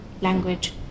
language